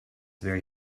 where